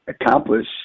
accomplish